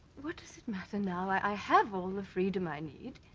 what does it matter now i have all the freedom i need